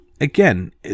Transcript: again